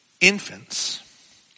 infants